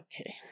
Okay